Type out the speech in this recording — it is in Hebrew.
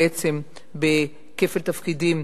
בעצם כולנו בכפל תפקידים.